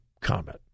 comment